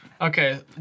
Okay